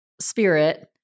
spirit